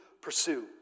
pursue